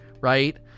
right